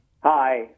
Hi